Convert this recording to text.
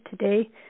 today